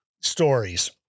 stories